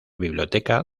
biblioteca